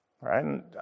Right